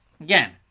again